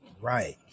Right